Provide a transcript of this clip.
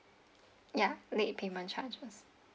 ya late payment charges